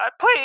Please